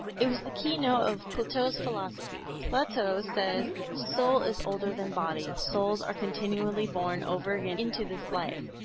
it was the keynote of plato's philosophy. plato says soul is older than body. souls are continually born over again into this life.